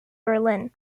berlin